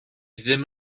ddim